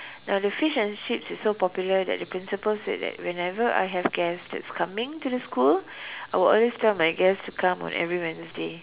now the fish and chips is so popular that the principal said that whenever I have guest that's coming to the school I will always tell my guest to come on every Wednesday